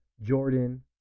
Jordan